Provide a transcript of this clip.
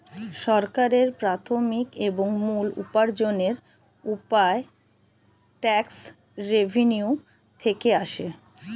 সরকারের প্রাথমিক এবং মূল উপার্জনের উপায় ট্যাক্স রেভেন্যু থেকে আসে